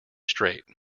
straight